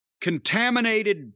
contaminated